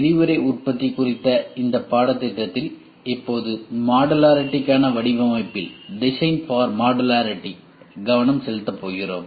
விரைவு உற்பத்தி குறித்த இந்த பாடத்திட்டத்தில் இப்போது மாடுலாரிடிகான வடிவமைப்பில் கவனம் செலுத்தப் போகிறோம்